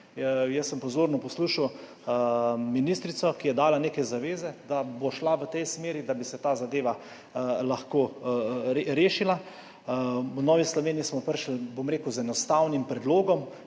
Jaz sem pozorno poslušal ministrico, ki je dala neke zaveze, da bo šla v tej smeri, da bi se ta zadeva lahko rešila. V Novi Sloveniji smo prišli, bom rekel, z enostavnim predlogom,